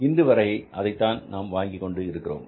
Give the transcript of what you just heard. இன்றுவரை அதைத்தான் நாம் வாங்கிக் கொண்டு இருக்கிறோம்